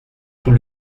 tout